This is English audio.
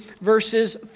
verses